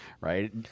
Right